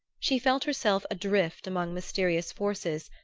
she felt herself adrift among mysterious forces,